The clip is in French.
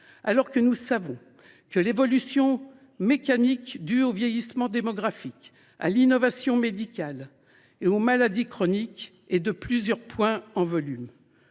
alors que nous savons que l’évolution mécanique due au vieillissement démographique, à l’innovation médicale et aux maladies chroniques est de plusieurs points en volume.